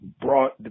brought